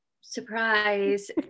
Surprise